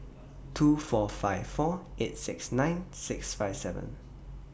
two four five four eight six nine six five seven